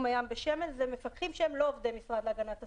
הים בשמן זה מפקחים שהם לא עובדי המשרד להגנת הסביבה,